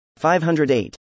508